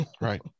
right